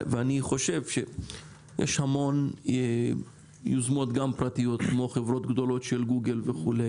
אני חושב שיש המון יוזמות גם פרטיות כמו חברות גדולות של גוגל וכו'.